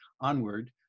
onward